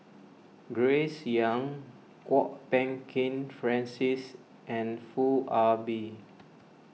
Grace Young Kwok Peng Kin Francis and Foo Ah Bee